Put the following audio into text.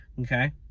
Okay